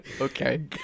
Okay